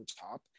top